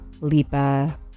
lipa